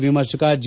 ವಿಮರ್ಶಕ ಜಿ